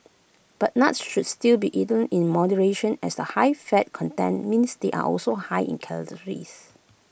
but nuts should still be eaten in moderation as the high fat content means they are also high in calories